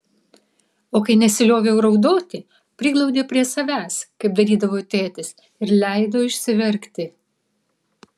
o kai nesilioviau raudoti priglaudė prie savęs kaip darydavo tėtis ir leido išsiverkti